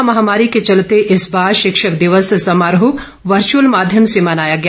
corona महामारी के चलते इस बार शिक्षक दिवस समारोह वर्चुअल माध्यम से मनाया गया